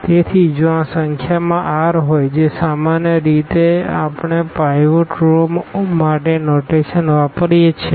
તેથી જો આ સંખ્યામાં r હોય જે સામાન્ય રીતે આપણે પાઈવોટ રોઓ માટે નોટેશન વાપરીએ છીએ